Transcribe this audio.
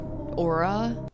aura